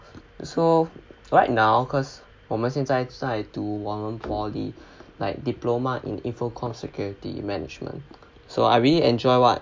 so right now cause 我们现在在读往往 poly like diploma in info comm security management so I really enjoy what